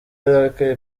arakaye